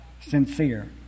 sincere